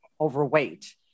overweight